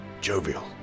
jovial